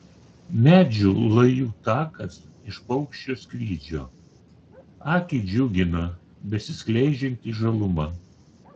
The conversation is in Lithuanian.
medžių lajų takas iš paukščio skrydžio akį džiugina besiskleidžianti žaluma